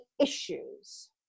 issues